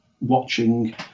watching